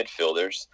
midfielders